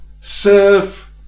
Serve